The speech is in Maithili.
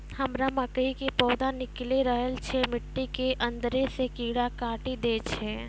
हमरा मकई के पौधा निकैल रहल छै मिट्टी के अंदरे से कीड़ा काटी दै छै?